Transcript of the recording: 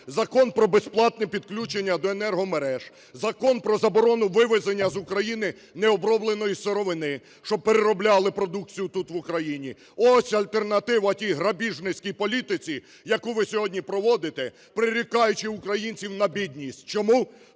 Закон про безплатне підключення до енергомереж, Закон про заборону вивезення з України необробленої сировини, щоб переробляли продукцію тут, в Україні. Ось альтернатива тій грабіжницькій політиці, яку ви сьогодні проводите, прирікаючи українців на бідність. Чому?